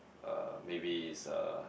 uh maybe it's a